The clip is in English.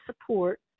support